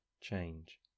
change